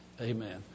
Amen